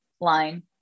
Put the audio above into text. line